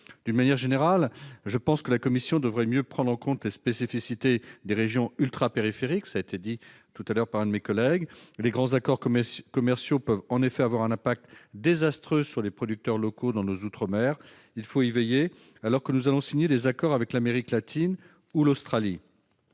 D'une manière générale, je pense que la Commission devrait mieux prendre en compte les spécificités des régions ultrapériphériques, comme l'a souligné un précédent orateur. Les grands accords commerciaux peuvent en effet avoir un effet désastreux sur les producteurs locaux dans nos outre-mer. Il faut y veiller, alors que nous allons signer des accords avec l'Amérique latine ou l'Australie.